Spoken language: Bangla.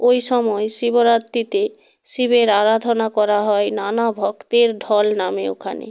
ওই সময় শিবরাত্রিতে শিবের আরাধনা করা হয় নানা ভক্তের ঢল নামে ওখানে